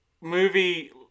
movie